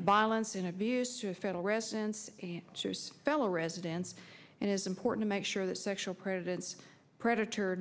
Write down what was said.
ballance in abuse to federal residents shares fellow residents and it is important to make sure that sexual presidents predator